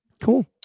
cool